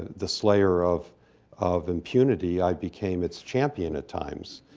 the slayer of of impunity, i became its champion at times,